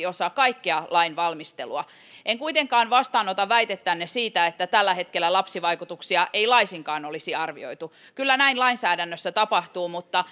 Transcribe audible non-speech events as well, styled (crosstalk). (unintelligible) osa kaikkea lainvalmistelua en kuitenkaan vastaanota väitettänne siitä että tällä hetkellä lapsivaikutuksia ei laisinkaan olisi arvioitu kyllä näin lainsäädännössä tapahtuu mutta (unintelligible)